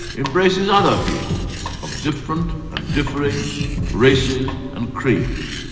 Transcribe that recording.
embraces other peoples of different and differing races and creeds,